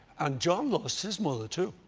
and jon lost his mother, too,